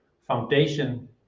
foundation